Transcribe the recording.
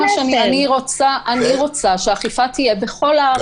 אני רוצה שהאכיפה תהיה בכל הארץ כפי שהיא נעשית.